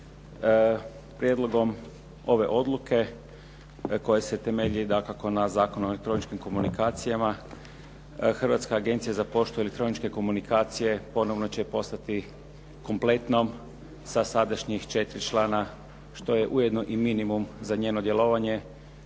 Prijedlogom ove odluke koja se temelji dakako na Zakonu o elektroničkim komunikacijama Hrvatska agencija za poštu i elektroničke komunikacije ponovno će postati kompletnom sa sadašnjih 4 člana, što je ujedno i minimum za njeno djelovanje,